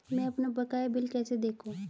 मैं अपना बकाया बिल कैसे देखूं?